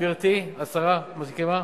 גברתי השרה, מסכימה?